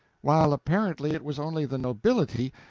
while apparently it was only the nobility,